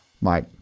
Mike